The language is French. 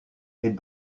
est